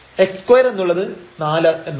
x2 എന്നുള്ളത് 4 എന്നാവും